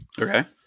Okay